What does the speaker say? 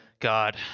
God